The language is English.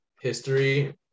history